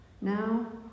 Now